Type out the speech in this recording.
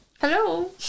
Hello